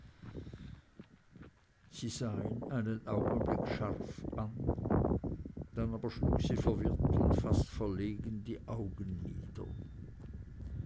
einen augenblick scharf an dann aber schlug sie verwirrt und fast verlegen die augen nieder